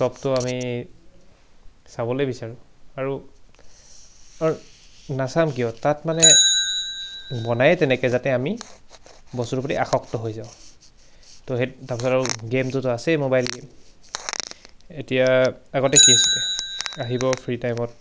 চবটো আমি চাবলৈ বিচাৰোঁ আৰু নাচাম কিয় তাত মানে বনাই তেনেকৈ যাতে আমি বস্তুটোৰ প্ৰতি আসক্ত হৈ যাওঁ তো সেই তাৰপিছত আৰু গে'মটোতো আছেই মোবাইল গে'ম এতিয়া আগতে কি আছিলে আহিব ফ্ৰী টাইমত